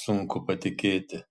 sunku patikėti